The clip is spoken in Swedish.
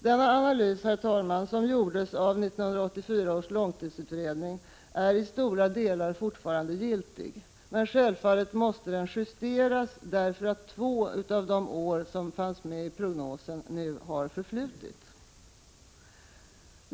Den analys, herr talman, som gjordes av 1984 års långtidsutredning är i stora delar fortfarande giltig, men självfallet måste den justeras, då två av åren i prognosen har förflutit.